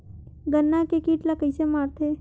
गन्ना के कीट ला कइसे मारथे?